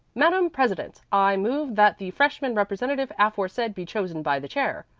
madame president, i move that the freshman representative aforesaid be chosen by the chair.